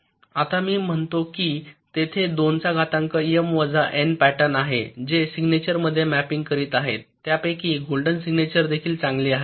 आता मी म्हणालो की तेथे 2 चा घातांक एम वजा एन पॅटर्न आहेत जे सिग्नेचरमध्ये मॅपिंग करीत आहेत त्यापैकी गोल्डन सिग्नेचर देखील चांगली आहे